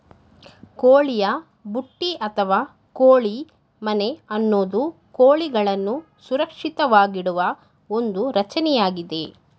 ಕೋಳಿಯ ಬುಟ್ಟಿ ಅಥವಾ ಕೋಳಿ ಮನೆ ಅನ್ನೋದು ಕೋಳಿಗಳನ್ನು ಸುರಕ್ಷಿತವಾಗಿಡುವ ಒಂದು ರಚನೆಯಾಗಿದೆ